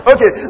Okay